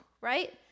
Right